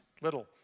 little